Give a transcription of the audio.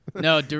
no